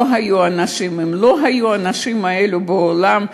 אם לא היו האנשים האלה בעולם,